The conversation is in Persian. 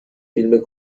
فیلم